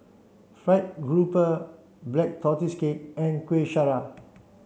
fried grouper black tortoise cake and Kuih Syara